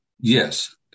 Yes